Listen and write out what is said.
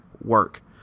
work